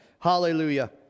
Hallelujah